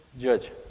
Judge